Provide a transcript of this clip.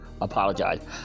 apologize